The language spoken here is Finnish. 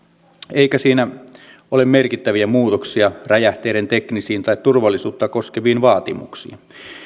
eikä siinä ole merkittäviä muutoksia räjähteiden teknisiin tai turvallisuutta koskeviin vaatimuksiin